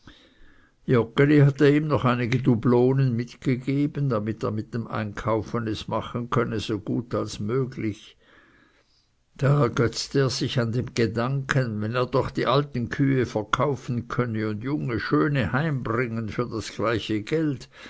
joggeli hatte ihm noch einige dublonen mitgegeben damit er mit dem einkaufen es machen könne so gut als möglich da ergötzte er sich an dem gedanken wenn er doch die alten kühe verkaufen könnte und junge schöne heimbringen für das gleiche geld